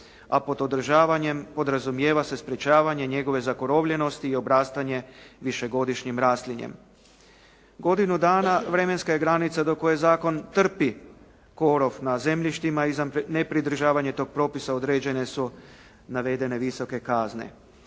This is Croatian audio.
a pod održavanjem podrazumijeva se sprečavanje njegove zakorovljenosti i obrastanje višegodišnjim raslinjem. Godinu dana vremenska je granica do koje zakon trpi korov na zemljištima i za nepridržavanje tog propisa određene su navedene visoke kazne.